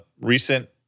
recent